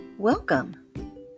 Welcome